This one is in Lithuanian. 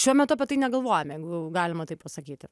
šiuo metu apie tai negalvojome jeigu galima taip pasakyti